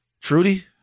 Trudy